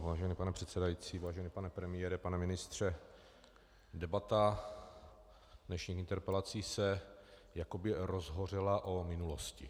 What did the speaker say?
Vážený pane předsedající, vážený pane premiére, pane ministře, debata dnešních interpelací se jakoby rozhořela o minulosti.